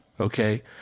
Okay